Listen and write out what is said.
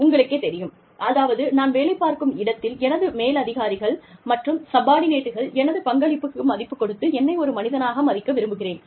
உங்களுக்குத் தெரியும் அதாவது நான் வேலை பார்க்கும் இடத்தில் எனது மேலதிகாரிகள் மற்றும் சப்பார்டினேட்கள் எனது பங்களிப்புக்கு மதிப்புக் கொடுத்து என்னை ஒரு மனிதனாக மதிக்க விரும்புகிறேன்